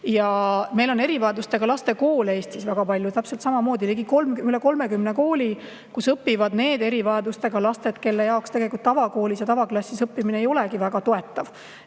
Ja meil ongi erivajadustega laste koole Eestis väga palju. On üle 30 kooli, kus õpivad need erivajadustega lapsed, kelle jaoks tavakoolis ja tavaklassis õppimine ei olegi väga toetav.